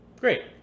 Great